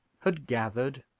had gathered,